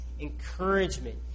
encouragement